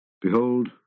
Behold